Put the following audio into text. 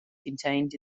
contained